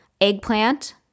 eggplant